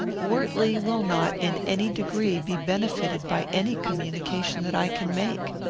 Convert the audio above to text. wortley will not, in any degree, be benefited by any communication that i can make.